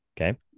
Okay